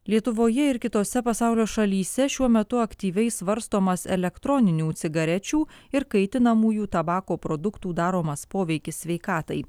lietuvoje ir kitose pasaulio šalyse šiuo metu aktyviai svarstomas elektroninių cigarečių ir kaitinamųjų tabako produktų daromas poveikis sveikatai